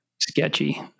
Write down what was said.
sketchy